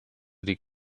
die